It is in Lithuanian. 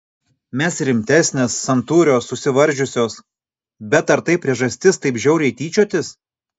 mes rimtesnės santūrios susivaržiusios bet ar tai priežastis taip žiauriai tyčiotis